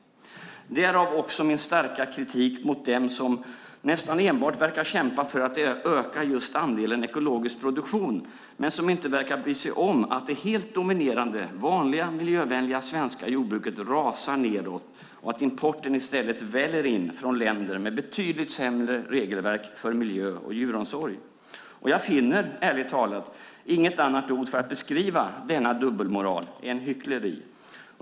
Därav min starka kritik mot dem som nästan enbart verkar kämpa för att öka andelen ekologisk produktion men som inte verkar bry sig om att det helt dominerande vanliga miljövänliga svenska jordbruket rasar och att importen i stället väller in från länder med betydligt sämre regelverk för miljö och djuromsorg. Jag finner ärligt talat inget annat ord för att beskriva denna dubbelmoral än hyckleri.